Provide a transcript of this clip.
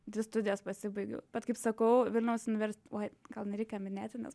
dvi studijas pasibaigiau bet kaip sakau vilniaus univer oi gal nereikia minėti nes